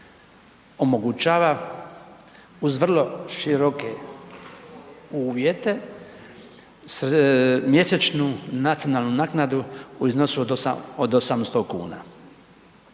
omogućava uz vrlo široke uvjete mjesečnu nacionalnu naknadu u iznosu od 800 kuna.